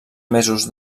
mesos